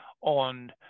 on